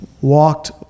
walked